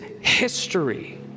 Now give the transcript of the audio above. history